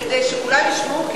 כדי שכולם ישמעו,